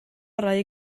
orau